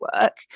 work